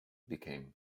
became